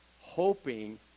hoping